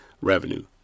revenue